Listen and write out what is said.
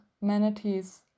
manatees